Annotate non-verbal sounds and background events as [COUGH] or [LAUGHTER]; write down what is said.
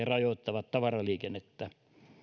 [UNINTELLIGIBLE] rajoittavat tavaraliikennettä